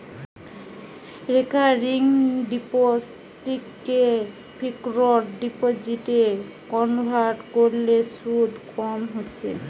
recurring ডিপোসিটকে fixed ডিপোজিটে convert কোরলে শুধ কম হচ্ছে